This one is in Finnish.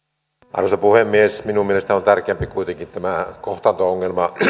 arvoisa puhemies minun mielestäni on tärkeämpi kuitenkin tämä kohtaanto ongelma